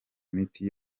miti